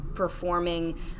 performing